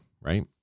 right